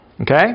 Okay